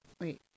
wait